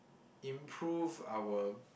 improve our